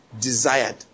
desired